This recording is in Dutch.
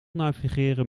navigeren